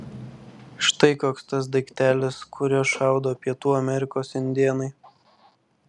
štai koks tas daiktelis kuriuo šaudo pietų amerikos indėnai